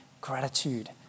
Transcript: gratitude